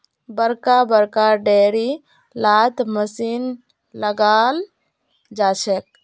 बड़का बड़का डेयरी लात मशीन लगाल जाछेक